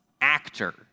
actor